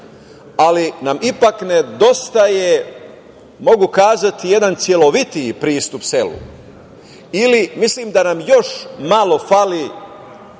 ali nam ipak nedostaje, mogu kazati, jedan celovitiji pristup selu. Ili, mislim da nam još malo fali